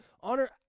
Honor